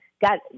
got